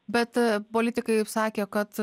bet politikai sakė kad